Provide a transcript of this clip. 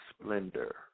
splendor